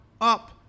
up